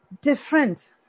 different